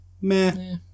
meh